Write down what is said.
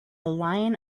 line